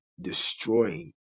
destroying